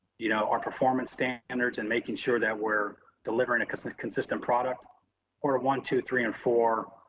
you know, our performance standards and making sure that we're delivering a consistent product quarter one, two, three and four,